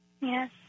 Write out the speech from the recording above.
Yes